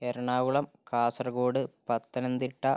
Ernakulam Kasaragod Pathanamthitta